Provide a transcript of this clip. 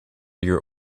your